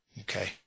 Okay